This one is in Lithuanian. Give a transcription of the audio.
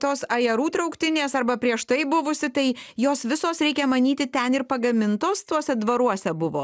tos ajerų trauktinės arba prieš tai buvusi tai jos visos reikia manyti ten ir pagamintos tuose dvaruose buvo